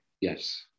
yes